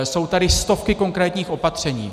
Jsou tady stovky konkrétních opatření.